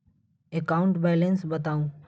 account balance बताउ